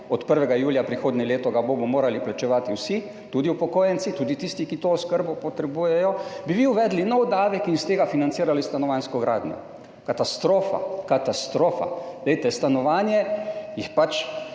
od 1. julija prihodnje leto ga bomo morali plačevati vsi, tudi upokojenci, tudi tisti, ki to oskrbo potrebujejo, bi vi uvedli nov davek in iz tega financirali stanovanjsko gradnjo. Katastrofa! Stanovanje je pač